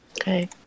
Okay